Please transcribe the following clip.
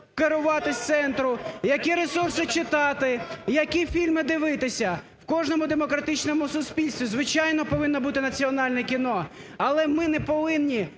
керувати з центру, які ресурси читати, які фільми дивитися. У кожному демократичному суспільстві, звичайно, повинне бути національне кіно. Але ми не повинні